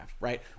right